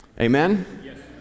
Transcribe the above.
Amen